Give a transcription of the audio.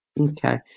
Okay